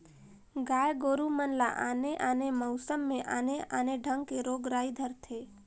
गाय गोरु मन ल आने आने मउसम में आने आने ढंग के रोग राई धरथे